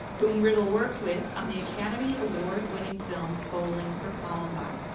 whom riddle worked with on the academy award winning film bowling for columbine.